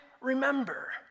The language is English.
remember